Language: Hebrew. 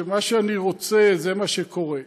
שמה שאני רוצה זה מה שקורה?